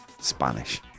Spanish